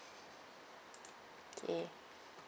okay